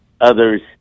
others